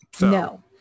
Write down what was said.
No